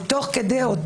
תוך כדי כך,